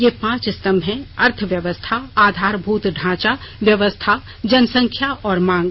ये पांच स्तंभ हैं अर्थव्यवस्था आधारभूत ढांचा व्यवस्था जनसंख्या और मांग